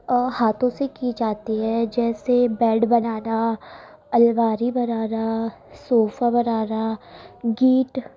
ہاتھو سے کی جاتی ہے جیسے بیڈ بنانا الماری بنانا صوفہ بنانا گیٹ